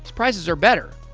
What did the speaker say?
prices are better.